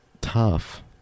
tough